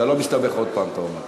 אתה לא מסתבך עוד פעם, אתה אומר.